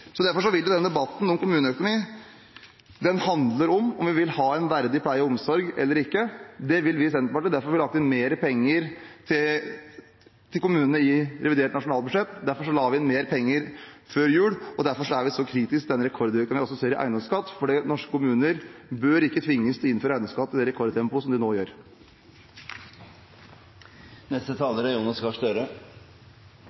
Så derfor vil den debatten om kommuneøkonomi handle om hvorvidt vi vil ha en verdig pleie og omsorg, eller ikke. Det vil vi i Senterpartiet. Derfor har vi lagt inn mer penger til kommunene i revidert nasjonalbudsjett. Derfor la vi inn mer penger før jul, og derfor er vi så kritiske til den rekordøkningen vi også ser i eiendomsskatt. Norske kommuner bør ikke tvinges til å innføre eiendomsskatt i det rekordtempoet som de nå gjør. Det er